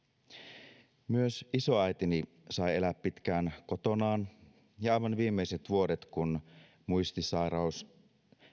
on mielekästä tekemistä myös isoäitini sai elää pitkään kotonaan ja aivan viimeiset vuodet kun muistisairaus